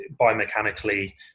biomechanically